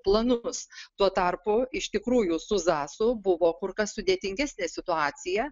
planus tuo tarpu iš tikrųjų su zasu buvo kur kas sudėtingesnė situacija